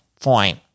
Fine